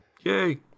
Yay